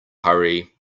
hurry